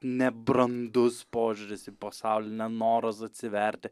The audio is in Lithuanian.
nebrandus požiūris į pasaulį nenoras atsiverti